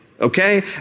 Okay